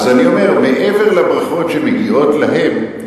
אז אני אומר: מעבר לברכות שמגיעות להם,